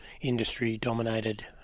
industry-dominated